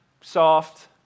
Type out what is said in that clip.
soft